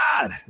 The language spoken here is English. god